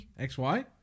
XY